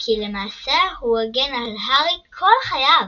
כי למעשה הוא הגן על הארי כל חייו,